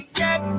get